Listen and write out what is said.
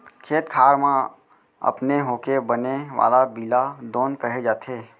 खेत खार म अपने होके बने वाला बीला दोंद कहे जाथे